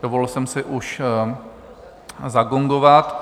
Dovolil jsem si už zagongovat.